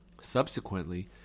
Subsequently